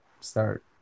start